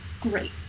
great